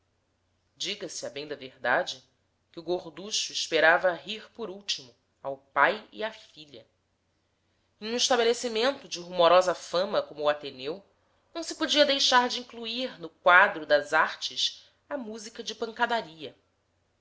domesticado diga se a bem da verdade que o gorducho esperava rir por último ao pai e à filha em um estabelecimento de rumorosa fama como o ateneu não se podia deixar de incluir no quadro das artes a música de pancadaria